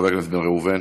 חבר הכנסת בן ראובן,